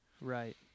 Right